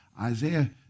Isaiah